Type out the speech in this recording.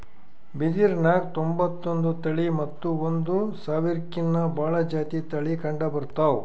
ಬಿದಿರ್ನ್ಯಾಗ್ ತೊಂಬತ್ತೊಂದು ತಳಿ ಮತ್ತ್ ಒಂದ್ ಸಾವಿರ್ಕಿನ್ನಾ ಭಾಳ್ ಜಾತಿ ತಳಿ ಕಂಡಬರ್ತವ್